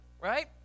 right